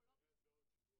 זה הכול.